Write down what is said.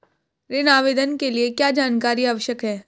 ऋण आवेदन के लिए क्या जानकारी आवश्यक है?